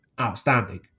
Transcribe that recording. outstanding